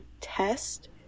test